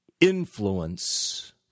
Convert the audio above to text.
influence